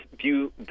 view